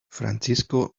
francisco